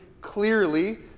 clearly